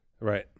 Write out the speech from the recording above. Right